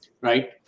right